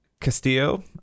Castillo